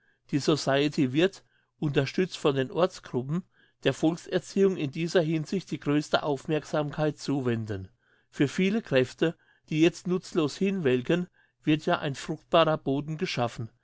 die society wird unterstützt von den ortsgruppen der volkserziehung in dieser hinsicht die grösste aufmerksamkeit zuwenden für viele kräfte die jetzt nutzlos hinwelken wird ja ein fruchtbarer boden geschaffen